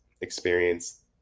experience